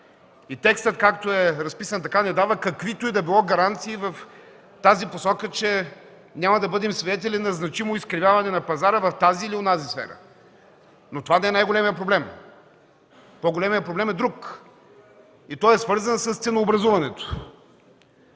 и текстът, както е разписан така, не дава каквито и да било гаранции в тази посока, че няма да бъдем свидетели на значимо изкривяване на пазара в тази или онази сфера, но това не е най-големият проблем. По-големият проблем е друг и той е свързан с ценообразуването.